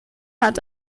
hat